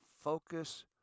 focus